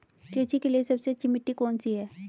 कृषि के लिए सबसे अच्छी मिट्टी कौन सी है?